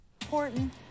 Important